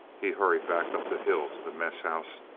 he hurried back up the hill to the mess house,